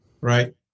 right